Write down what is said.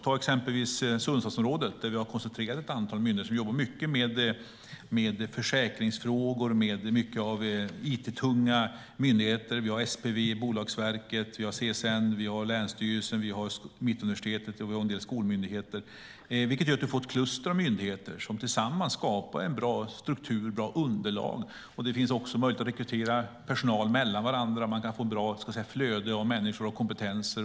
I exempelvis Sundsvallsområdet har vi koncentrerat ett antal myndigheter som jobbar mycket med försäkringsfrågor och it-tunga myndigheter. Vi har SPV, Bolagsverket, CSN, länsstyrelsen, Mittuniversitetet och en del skolmyndigheter. Det gör att vi får ett kluster av myndigheter som tillsammans skapar en bra struktur och ger ett bra underlag. Det finns också möjlighet att rekrytera personal mellan varandra. Man får ett bra flöde av människor och kompetenser.